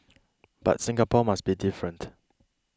but Singapore must be different